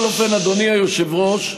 בכל אופן, אדוני היושב-ראש,